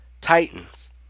Titans